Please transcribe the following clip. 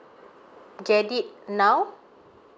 get it now